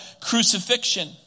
crucifixion